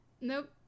Nope